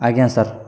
ଆଜ୍ଞା ସାର୍